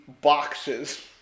boxes